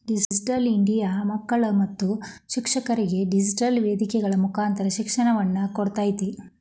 digital India ಮಕ್ಕಳು ಮತ್ತು ಶಿಕ್ಷಕರಿಗೆ ಡಿಜಿಟೆಲ್ ವೇದಿಕೆಗಳ ಮುಕಾಂತರ ಶಿಕ್ಷಣವನ್ನ ಕೊಡ್ತೇತಿ